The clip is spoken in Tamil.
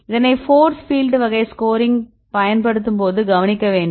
இதனை போர்ஸ் பீல்டு வகை ஸ்கோரிங் பயன்படுத்தும்போது கவனிக்க வேண்டும்